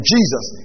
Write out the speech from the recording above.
Jesus